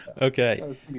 okay